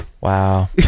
Wow